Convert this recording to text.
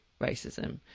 racism